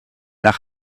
nach